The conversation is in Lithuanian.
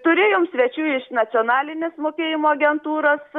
turėjom svečių iš nacionalinės mokėjimo agentūros